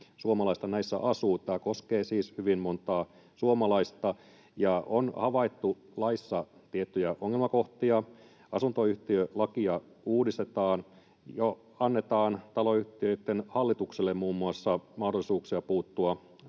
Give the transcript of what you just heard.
suomalaista näissä asuu. Tämä koskee siis hyvin montaa suomalaista. Laissa on havaittu tiettyjä ongelmakohtia. Asuntoyhtiölakia uudistetaan muun muassa niin, että annetaan taloyhtiöitten hallituksille mahdollisuuksia puuttua